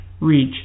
reach